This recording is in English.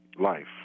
life